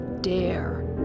dare